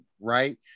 right